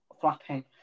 flapping